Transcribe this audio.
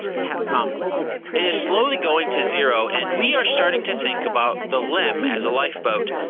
capcom it is slowly going to zero, and we are starting to think about the lem as a lifeboat.